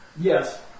Yes